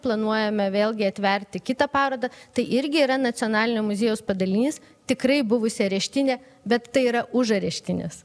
planuojame vėlgi atverti kitą parodą tai irgi yra nacionalinio muziejaus padalinys tikrai buvusi areštinė bet tai yra už areštinės